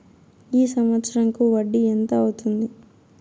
సంవత్సరం కు వడ్డీ ఎంత అవుతుంది?